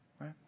Right